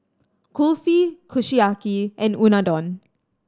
Kulfi Kushiyaki and Unadon